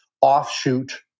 offshoot